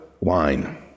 wine